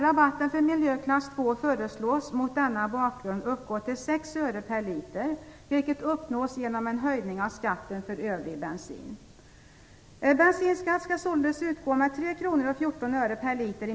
Rabatten för miljöklass 2 föreslås mot denna bakgrund uppgå till 6 öre per liter, vilket uppnås genom en höjning av skatten för övrig bensin.